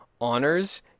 honors